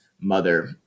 mother